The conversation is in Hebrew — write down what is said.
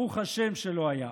ברוך השם שלא היה.